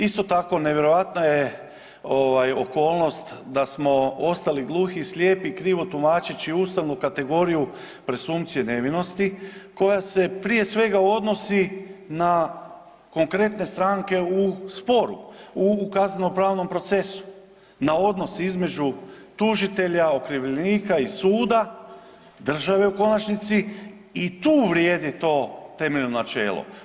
Isto tako, nevjerojatna je okolnost da smo ostali gluhi i slijepi krivo tumačeći ustavnu kategoriju presumpcije nevinosti koja se prije svega odnosi na konkretne stranke u sporu, u kazneno-pravnom procesu na odnos između tužitelja, okrivljenika i suda, države u konačnici i tu vrijedi to temeljno načelo.